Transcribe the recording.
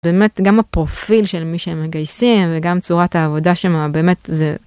באמת, גם הפרופיל של מי שהם מגייסים וגם צורת העבודה שלהם, באמת, זה...